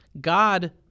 God